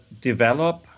develop